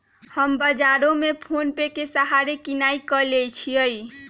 हम बजारो से फोनेपे के सहारे किनाई क लेईछियइ